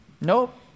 Nope